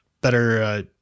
better